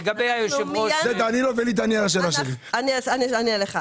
לגבי היושב-ראש --- אני אענה לך.